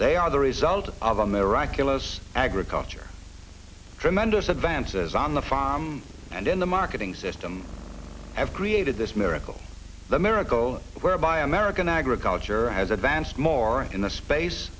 they are the result of on their oculus agriculture tremendous advances on the farm and in the marketing system ever created this miracle the miracle whereby american agriculture has advanced more in the space